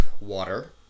Water